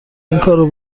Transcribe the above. اینکارو